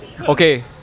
Okay